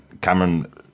Cameron